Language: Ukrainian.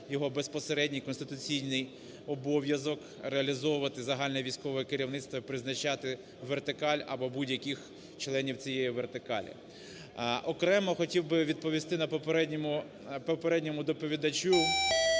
його безпосередній конституційний обов'язок – реалізовувати загальновійськове керівництво, призначати вертикаль або будь-яких членів цієї вертикалі. Окремо хотів би відповісти на… попередньому доповідачу